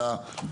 שלום רב,